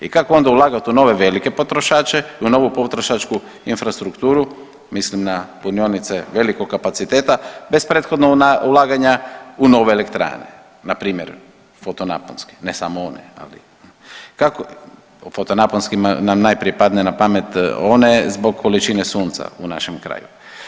I kako onda ulagati u nove velike potrošače i u novu potrošačku infrastrukturu, mislim na punionice velikog kapaciteta bez prethodnog ulaganja u nove elektrane npr. fotonaponske ne samo one, ali kako, o fotonaponskima nam najprije padne na pamet one zbog količine sunca u našem kraju.